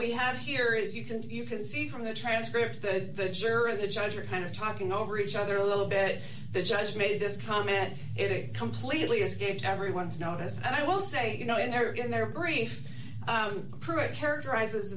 we have here is you can you can see from the transcript that the juror the judge you're kind of talking over each other a little bit the judge made this comment it completely escapes everyone's notice and i will say you know in their in their brief pruitt characterize